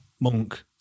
Monk